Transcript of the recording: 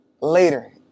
later